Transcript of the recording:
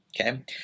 Okay